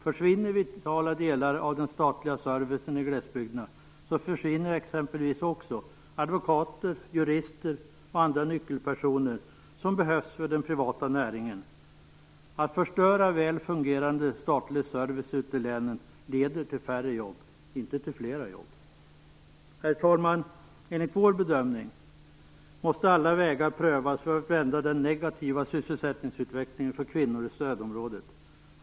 Försvinner vitala delar av den statliga servicen i glesbygderna försvinner exempelvis också advokater, jurister och andra nyckelpersoner som behövs för den privata näringen. Att förstöra väl fungerande statlig service ute i länen leder till färre jobb och inte till fler jobb. Herr talman! Enligt vår uppfattning måste alla vägar prövas för att vända den negativa sysselsättningsutvecklingen för kvinnor i stödområdet.